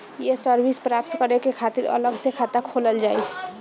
ये सर्विस प्राप्त करे के खातिर अलग से खाता खोलल जाइ?